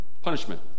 punishment